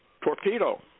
torpedo